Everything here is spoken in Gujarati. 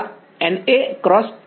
વિદ્યાર્થી N ક્રોસ